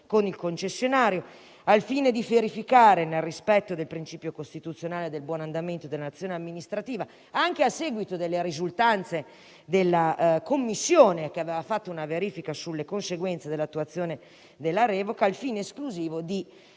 poi alla valutazione del Governo; tutto ciò nel rispetto del principio costituzionale del buon andamento dell'azione amministrativa, anche a seguito delle risultanze della commissione che aveva fatto una verifica sulle conseguenze dell'attuazione della revoca, al fine esclusivo di